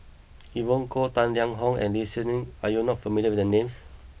Evon Kow Tang Liang Hong and Lee Shih Shiong are you not familiar with the names